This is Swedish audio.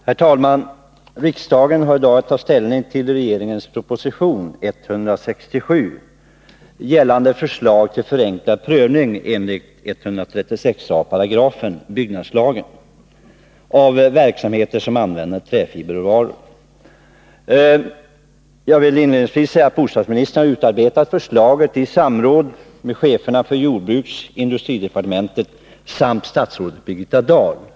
Herr talman! Riksdagen har i dag att ta ställning till regeringens proposition 167 gällande förslag till förenklad prövning enligt 136 a§ byggnadslagen av verksamheter som använder träfiberråvaror. Jag vill inledningsvis säga att bostadsministern har utarbetat förslaget i samråd med cheferna för jordbruksoch industridepartementen samt med statrådet Birgitta Dahl.